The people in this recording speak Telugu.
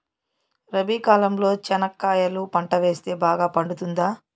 రబి కాలంలో చెనక్కాయలు పంట వేస్తే బాగా పండుతుందా?